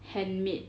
handmade